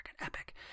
epic